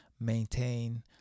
maintain